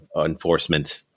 enforcement